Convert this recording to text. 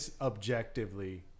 objectively